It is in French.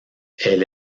elle